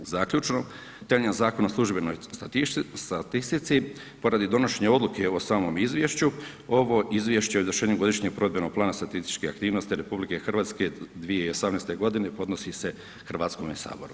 Zaključno temeljem Zakona o službenoj statistici, poradi donošenja odluke o samom izvješću ovo izvješće o izvršenju Godišnjeg provedbenog plana statističkih aktivnosti RH 2018. godine podnosi se Hrvatskome saboru.